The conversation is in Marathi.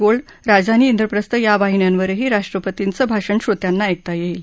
गोल्ड राजधानी इंद्रप्रस्थ या वाहिन्यांवर राष्ट्रपतींचं भाषण श्रोत्यांना ऐकता येईल